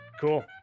cool